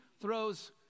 throws